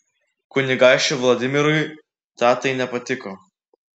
kunigaikščiui vladimirui tatai nepatiko